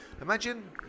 Imagine